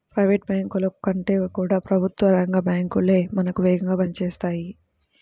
private బ్యాంకుల కంటే కూడా ప్రభుత్వ రంగ బ్యాంకు లే మనకు వేగంగా పని చేస్తాయి